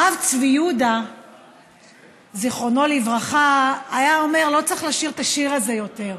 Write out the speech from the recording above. הרב צבי יהודה ז"ל היה אומר: לא צריך לשיר את השיר הזה יותר,